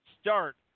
start